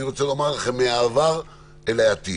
אני רוצה לומר לכם מהעבר אל העתיד.